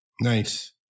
Nice